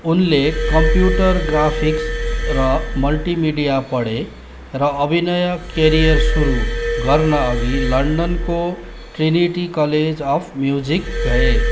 उनले computer graphics र multimedia पढे र अभिनय करियर सुरु गर्नु अघि लन्डनको ट्रिनिटी कलेज अफ म्युजिक गए